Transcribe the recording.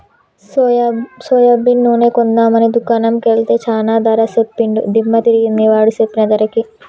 soybean నూనె కొందాం అని దుకాణం కెల్తే చానా ధర సెప్పాడు దిమ్మ దిరిగింది వాడు సెప్పిన ధరకి